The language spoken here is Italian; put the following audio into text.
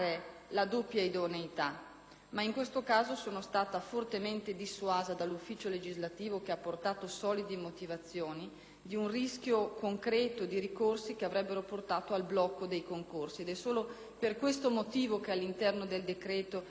ma in questo caso sono stata fortemente dissuasa dall'ufficio legislativo, che ha portato solide motivazioni di un rischio concreto di ricorsi che avrebbero portato al blocco dei concorsi. È solo per questo motivo che all'interno del decreto non è stata eliminata